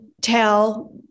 tell